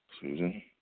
Susan